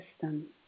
system